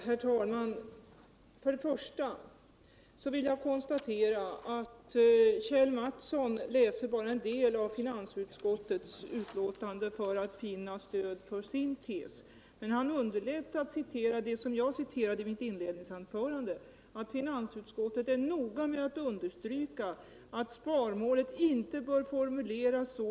Herr talman! För det första vill jag konstatera att Kjell Mattsson bara läser en del av finansutskottets betänkande för att finna stöd för sin tes. Han underlät att citera vad jag citerade i mitt inledningsanförande, nämligen att finansutskottet är noga med att understryka att sparmålet inte bör formuleras så.